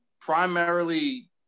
primarily